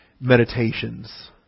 meditations